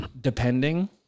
depending